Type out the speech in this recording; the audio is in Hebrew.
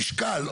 משקל,